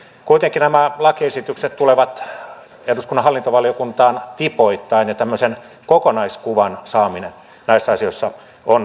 kuitenkin nämä lakiesitykset tulevat eduskunnan hallintovaliokuntaan tipoittain ja tämmöisen kokonaiskuvan saaminen näissä asioissa on vaikeaa